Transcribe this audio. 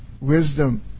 wisdom